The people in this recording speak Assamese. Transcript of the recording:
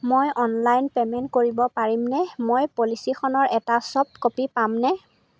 মই অনলাইন পে'মেণ্ট কৰিব পাৰিমনে মই পলিচিখনৰ এটা ছফ্ট কপি পামনে